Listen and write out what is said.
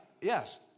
Yes